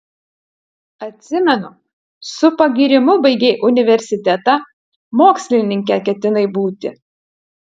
atsimenu su pagyrimu baigei universitetą mokslininke ketinai būti